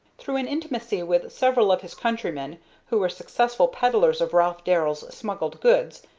through an intimacy with several of his countrymen who were successful peddlers of ralph darrell's smuggled goods,